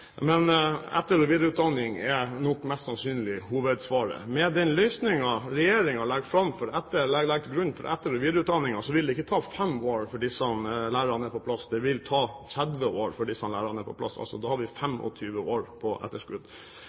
men etter- og videreutdanning er nok mest sannsynlig hovedsvaret. Med den løsningen regjeringen legger til grunn for etter- og videreutdanningen, vil det ikke ta fem år før disse lærerne er på plass – det vil ta 30 år før disse lærerne er på plass. Da er vi altså 25 år på etterskudd.